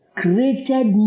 created